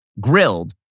grilled